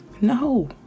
No